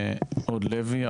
הוד לוי.